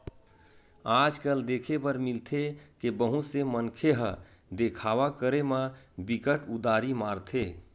आज कल देखे बर मिलथे के बहुत से मनखे ह देखावा करे म बिकट उदारी मारथे